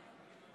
בעד דסטה